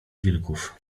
wilków